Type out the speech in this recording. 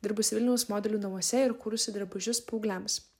dirbusi vilniaus modelių namuose ir kūrusi drabužius paaugliams